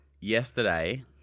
Yesterday